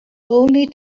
only